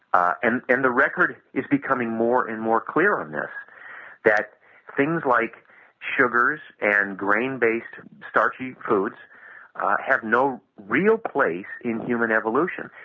and and the record is becoming more and more clear on this that things like sugars and grain-based starchy foods have no real place in human evolution,